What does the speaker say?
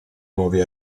nuovi